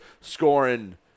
scoring